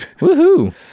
Woohoo